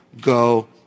go